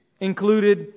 included